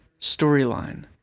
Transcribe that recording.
storyline